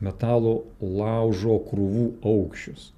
metalo laužo krūvų aukščius